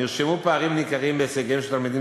נרשמו פערים ניכרים בהישגיהם של תלמידים